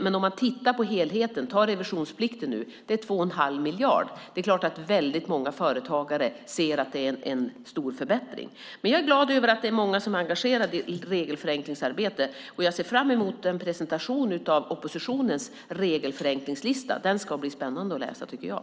Men om man tittar på helheten, till exempel beträffande revisionsplikten, så handlar det om 2 1⁄2 miljard. Det är klart att väldigt många företagare ser att det är en stor förbättring. Jag är glad över att det är många som är engagerade i regelförenklingsarbetet, och jag ser fram emot en presentation av oppositionens regelförenklingslista. Den ska bli spännande att läsa, tycker jag.